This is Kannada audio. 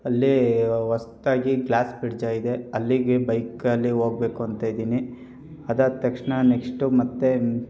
ಅಲ್ಲಿ ಹೊಸ್ತಾಗಿ ಗ್ಲಾಸ್ ಬ್ರಿಡ್ಜ ಇದೆ ಅಲ್ಲಿಗೆ ಬೈಕಲ್ಲಿ ಹೋಗ್ಬೇಕು ಅಂತ ಇದ್ದೀನಿ ಅದಾದ ತಕ್ಷಣ ನೆಕ್ಸ್ಟು ಮತ್ತು